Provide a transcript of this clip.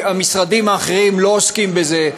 המשרדים האחרים לא עוסקים בזה.